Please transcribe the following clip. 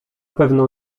pewno